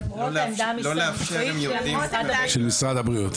כן, משרד החינוך.